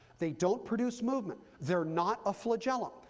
they don't produce movement. there not a flagellum.